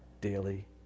daily